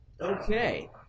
Okay